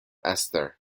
esther